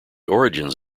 origins